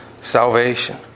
salvation